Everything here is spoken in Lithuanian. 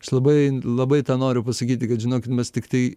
aš labai labai tą noriu pasakyti kad žinokit mes tiktai